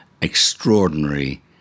extraordinary